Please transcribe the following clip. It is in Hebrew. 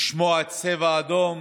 לשמוע צבע אדום,